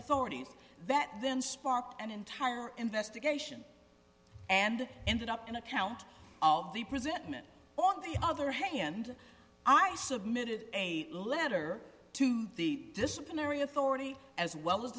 authorities that then sparked an entire investigation and ended up in a count of the presentment on the other hand i submitted a letter to the disciplinary authority as well as